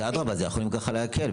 זה אדרבא, זה יכול גם ככה להקל.